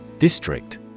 District